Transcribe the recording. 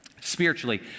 spiritually